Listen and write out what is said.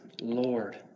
Lord